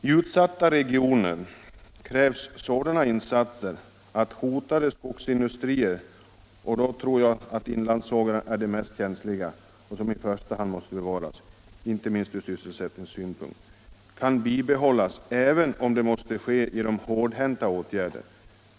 I utsatta regioner krävs sådana insatser att hotade skogsindustrier — och då tror jag att inlandssågarna är de mest känsliga och de som i första hand måste bevaras, inte minst från sysselsättningssynpunkt - kan bibehållas, även om det måste ske genom hårdhänta åtgärder.